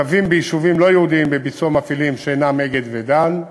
קווים ביישובים לא יהודיים בביצוע מפעילים שאינם "אגד" ו"דן".